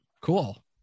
Cool